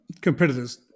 competitors